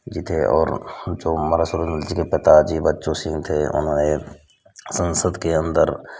जी थे और महाराज सूरजमल जी के पिताजी बच्चू सिंह थे उन्होंने संसद के अंदर